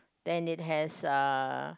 then it has uh